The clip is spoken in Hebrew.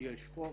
יש חוק,